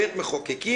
בית מחוקקים,